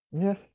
Yes